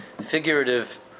figurative